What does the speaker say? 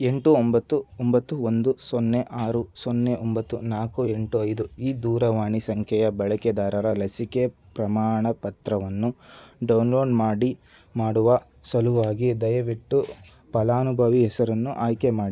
ಎಂಟು ಒಂಬತ್ತು ಒಂಬತ್ತು ಒಂದು ಸೊನ್ನೆ ಆರು ಸೊನ್ನೆ ಒಂಬತ್ತು ನಾಲ್ಕು ಎಂಟು ಐದು ಈ ದೂರವಾಣಿ ಸಂಖ್ಯೆಯ ಬಳಕೆದಾರರ ಲಸಿಕೆ ಪ್ರಮಾಣ ಪತ್ರವನ್ನು ಡೌನ್ಲೋಡ್ ಮಾಡಿ ಮಾಡುವ ಸಲುವಾಗಿ ದಯವಿಟ್ಟು ಫಲಾನುಭವಿಯ ಹೆಸರನ್ನು ಆಯ್ಕೆ ಮಾಡಿ